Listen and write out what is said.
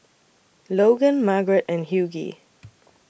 Logan Margarette and Hughey